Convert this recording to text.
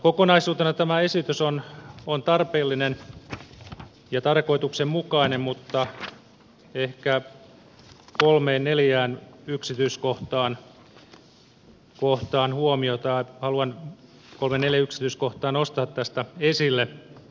kokonaisuutena tämä esitys on tarpeellinen ja tarkoituksenmukainen mutta ehkä kolme neljä yksityiskohtaa haluan nostaa tästä esille